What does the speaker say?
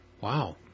Wow